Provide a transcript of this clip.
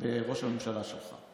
בראש הממשלה שלך.